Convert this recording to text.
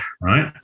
right